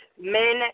men